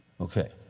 Okay